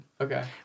Okay